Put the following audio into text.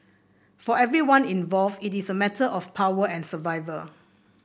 for everyone involved it is a matter of power and survival